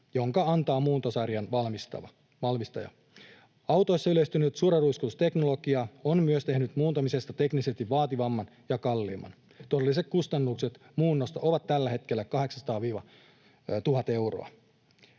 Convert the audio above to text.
jonka antaa muuntosarjan valmistaja. Autoissa yleistynyt suoraruiskutusteknologia on myös tehnyt muuntamisesta teknisesti vaativamman ja kalliimman. Todelliset kustannukset muunnosta ovat tällä hetkellä 800—1 000 euroa.